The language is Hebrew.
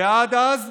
ועד אז,